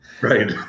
Right